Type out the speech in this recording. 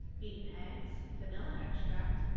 beaten eggs, vanilla extract,